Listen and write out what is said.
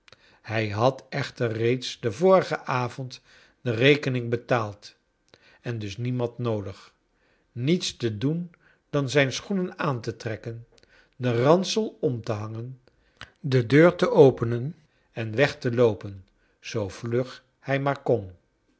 hij had echter reeds den vorigen avond de rekening betaald en dus niemand noodig niets te doen dan zijn schoenen aan te trekken den ransel om te hangen de deur te openen en weg te loopen zoo vlug hij maar kon